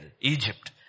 Egypt